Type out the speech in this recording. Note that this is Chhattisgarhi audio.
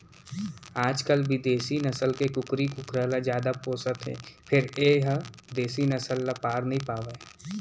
आजकाल बिदेसी नसल के कुकरी कुकरा ल जादा पोसत हें फेर ए ह देसी नसल ल पार नइ पावय